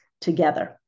together